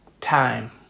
time